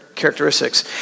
characteristics